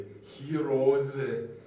heroes